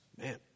Man